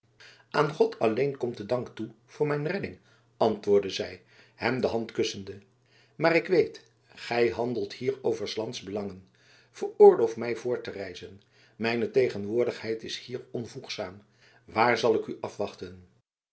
aan god alleen komt de dank toe voor mijn redding antwoordde zij hem de hand kussende maar ik weet gij handelt hier over s lands belangen veroorloof mij voort te reizen mijne tegenwoordigheid is hier onvoegzaam waar zal ik u afwachten